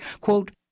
quote